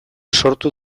sortu